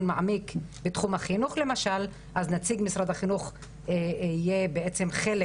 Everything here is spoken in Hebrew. מעמיק בתחום החינוך למשל אז נציג משרד החינוך יהיה חלק